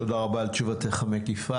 תודה רבה על תשובתך המקיפה.